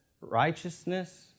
Righteousness